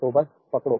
तो बस पकड़ो